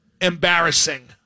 embarrassing